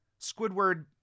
Squidward